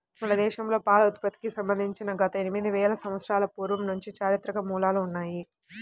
మన దేశంలో పాల ఉత్పత్తికి సంబంధించి గత ఎనిమిది వేల సంవత్సరాల పూర్వం నుంచి చారిత్రక మూలాలు ఉన్నాయి